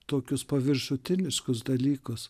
tokius paviršutiniškus dalykus